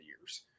years